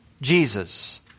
Jesus